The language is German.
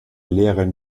lehrern